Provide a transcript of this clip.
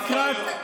לא יכול להיות.